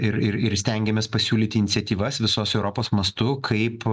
ir ir ir stengiamės pasiūlyti iniciatyvas visos europos mastu kaip